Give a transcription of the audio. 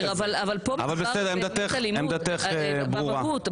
הכול בסדר, אבל פה מדובר באלימות, במהות.